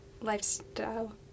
lifestyle